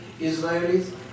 Israelis